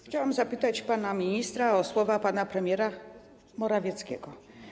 Chciałam zapytać pana ministra o słowa pana premiera Morawieckiego.